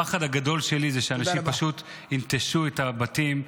הפחד הגדול שלי הוא שאנשים פשוט ינטשו את הבתים,